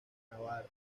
navarra